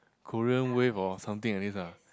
Korean wave or something like this ah